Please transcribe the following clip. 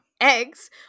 eggs